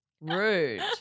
Rude